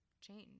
change